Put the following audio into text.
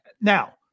Now